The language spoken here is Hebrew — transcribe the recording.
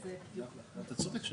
של